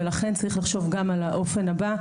ולכן צריך גם לחשוב על האופן הבא,